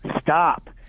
stop